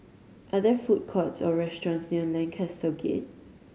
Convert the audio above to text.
are there food courts or restaurants near Lancaster Gate